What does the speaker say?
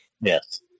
Yes